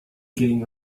getting